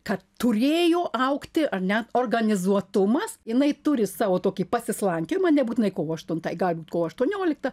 kad turėjo augti ar ne organizuotumas jinai turi savo tokį pasislankiojimą nebūtinai kovo aštuntai gali būt kovo aštuoniolikta